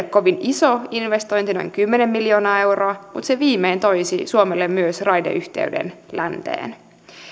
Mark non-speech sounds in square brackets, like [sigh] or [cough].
[unintelligible] kovin iso investointi noin kymmenen miljoonaa euroa se viimein toisi suomelle myös raideyhteyden länteen